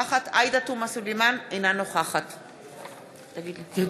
אינה נוכחת עאידה תומא סלימאן,